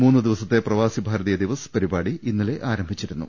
മൂന്ന് ദിവസത്തെ പ്രവാസി ഭാരതീയ ദിവസ് പരിപാടി ഇന്നലെ ആരംഭിച്ചിരുന്നു